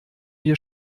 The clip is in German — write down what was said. wir